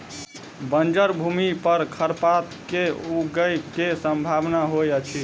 बंजर भूमि पर खरपात के ऊगय के सम्भावना होइतअछि